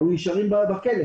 אלא נשארים בכלא.